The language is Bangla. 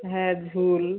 হ্যাঁ ঝুল